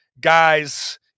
guys